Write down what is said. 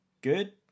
good